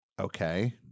okay